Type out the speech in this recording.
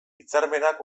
hitzarmenak